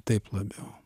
taip labiau